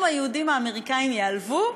אם היהודים האמריקנים ייעלבו,